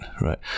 right